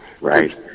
right